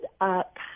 up